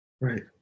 Right